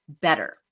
better